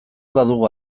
badugu